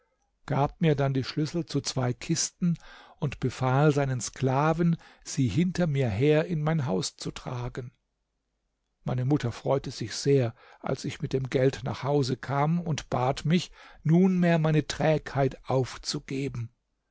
gab mir dann die schlüssel zu zwei kisten und befahl seinen sklaven sie hinter mir her in mein haus zu tragen meine mutter freute sich sehr als ich mit dem geld nach hause kam und bat mich nunmehr meine trägheit aufzugeben